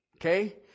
Okay